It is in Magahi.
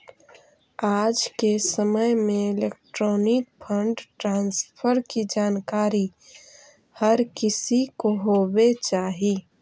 आज के समय में इलेक्ट्रॉनिक फंड ट्रांसफर की जानकारी हर किसी को होवे चाही